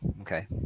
okay